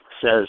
says